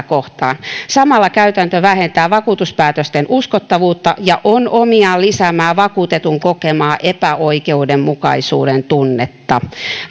kohtaan samalla käytäntö vähentää vakuutuspäätösten uskottavuutta ja on on omiaan lisäämään vakuutetun kokemaa epäoikeudenmukaisuuden tunnetta